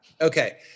Okay